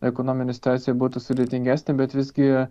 ekonominė situacija būtų sudėtingesnė bet visgi